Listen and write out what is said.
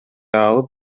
алып